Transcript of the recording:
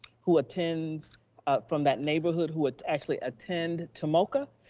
who attend from that neighborhood, who would actually attend tomoka,